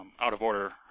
out-of-order